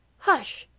hush!